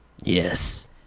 Yes